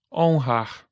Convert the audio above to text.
honrar